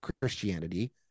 Christianity